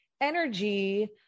energy